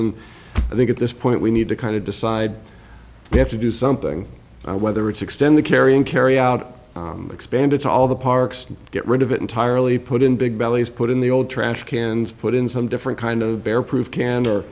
them i think at this point we need to kind of decide we have to do something whether it's extend the carry in carry out expanded to all the parks get rid of it entirely put in big bellies put in the old trash cans put in some different kind of bear proof can